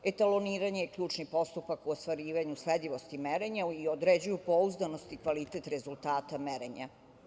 Etaloniranje je ključni postupak u ostvarivanju sledivosti merenja i određuju pouzdanost i kvalitet rezultata merenja.